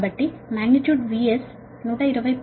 కాబట్టి magnitude VS 120